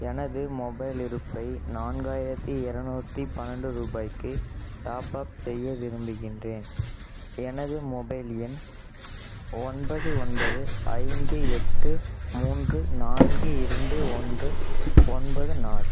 எனது மொபைல் இருப்பை நான்காயிரத்தி இரநூத்தி பன்னெண்டு ரூபாய்க்கு டாப்அப் செய்ய விரும்புகின்றேன் எனது மொபைல் எண் ஒன்பது ஒன்பது ஐந்து எட்டு மூன்று நான்கு இரண்டு ஒன்று ஒன்பது நாலு